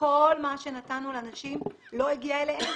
שכל מה שנתנו לנשים לא הגיע אליהן.